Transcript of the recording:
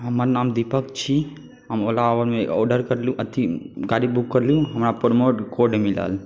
हमर नाम दीपक छी हम ओला उबरमे ऑडर करलू अथी गाड़ी बुक करलू हमरा प्रमोट कोड मिलल